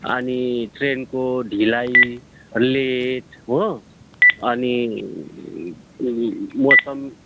अनि ट्रेनको ढिलाइ लेट हो अनि मौसम